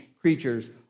creatures